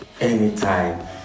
anytime